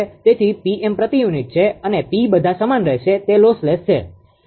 તેથી 𝑃𝑚 પ્રતિ યુનિટ છે અને P બધા સમાન રહેશે તે લોસ લેસ છે